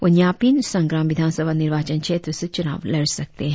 वह न्यापीन सांग्राम विधान सभा निर्वाचन क्षेत्र से चुनाव लड़ सकते है